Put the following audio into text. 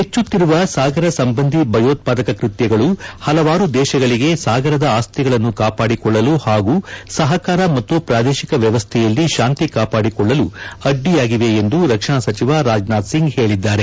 ಹೆಚ್ಚುತ್ತಿರುವ ಸಾಗರ ಸಂಬಂಧಿ ಭಯೋತ್ವಾದಕ ಕೃತ್ಯಗಳು ಹಲವಾರು ದೇಶಗಳಿಗೆ ಸಾಗರದ ಅಸ್ತಿಗಳನ್ನು ಕಾಪಾಡಿಕೊಳ್ಳಲು ಹಾಗೂ ಸಹಕಾರ ಮತ್ತು ಪ್ರಾದೇಶಿಕ ವ್ಯವಸ್ಥೆಯಲ್ಲಿ ಶಾಂತಿ ಕಾಪಾಡಿಕೊಳ್ಳಲು ಅಡ್ಡಿಯಾಗಿವೆ ಎಂದು ರಕ್ಷಣಾ ಸಚಿವ ರಾಜನಾಥ್ ಸಿಂಗ್ ಹೇಳಿದ್ದಾರೆ